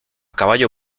caballo